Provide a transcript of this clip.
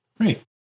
Great